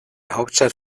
hauptstadt